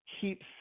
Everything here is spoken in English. keeps